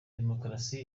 demokarasi